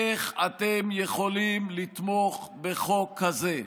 איך אתם יכולים לתמוך בחוק כזה?